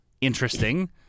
interesting